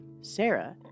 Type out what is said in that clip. Sarah